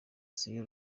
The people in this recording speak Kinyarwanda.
siyo